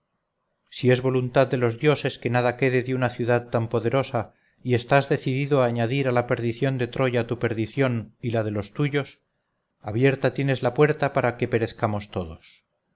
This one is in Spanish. si es voluntad de los dioses que nada quede de una ciudad tan poderosa y estás decidido a añadir a la perdición de troya tu perdición y la de los tuyos abierta tienes la puerta para que perezcamos todos